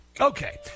Okay